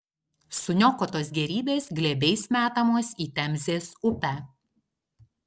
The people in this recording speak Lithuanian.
suniokotos gėrybės glėbiais metamos į temzės upę